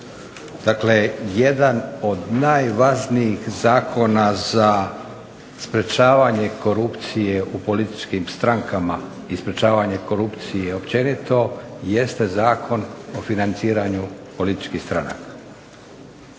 Dakle, jedan od najvažnijih zakona za sprečavanje korupcije u političkim strankama i sprečavanje korupcije općenito jeste Zakon o financiranju političkih stranaka.